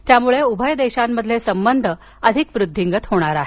यामुळे उभय देशांमधील संबंध अधिक वृद्धींगत होणार आहेत